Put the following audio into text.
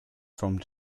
from